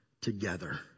together